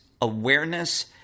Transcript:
awareness